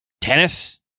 Tennis